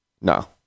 No